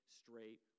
straight